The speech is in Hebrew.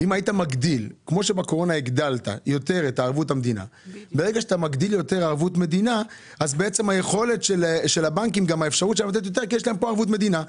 שאתה מגדיל את ערבות המדינה הבנקים יכולים לתת יותר.